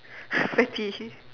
fatty